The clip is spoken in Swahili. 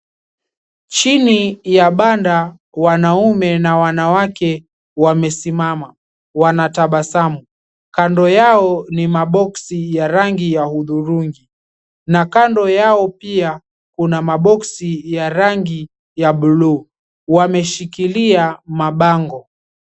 Chini ya banda, wanaume na wanawake wamesimama wanatabasamu. Kando yao ni maboxi ya rangi ya hudhurungi na kando yao pia kuna maboxi ya rangi ya buluu. Wameshikilia mabango.